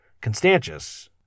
Constantius